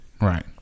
Right